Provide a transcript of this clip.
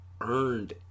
earned